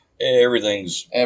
Everything's